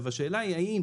השאלה היא האם